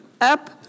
up